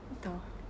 entah